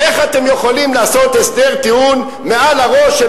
איך אתם יכולים לעשות הסדר טיעון מעל הראש של